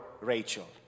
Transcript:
Rachel